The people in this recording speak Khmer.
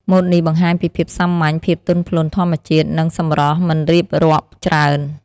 ម៉ូតនេះបង្ហាញពីភាពសាមញ្ញ ភាពទន់ភ្លន់ធម្មជាតិ និងសម្រស់មិនរៀបរាប់ច្រើន។